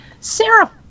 Sarah